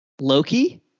Loki